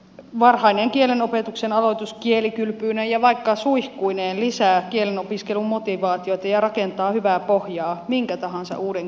varhainen kielenopetuksen aloitus kielikylpyineen ja vaikka suihkuineen lisää kielenopiskelun motivaatiota ja rakentaa hyvää pohjaa minkä tahansa uuden kielen oppimiselle